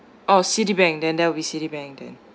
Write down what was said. oh citibank then there'll be citibank then